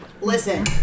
Listen